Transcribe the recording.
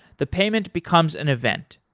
the payment becomes an event.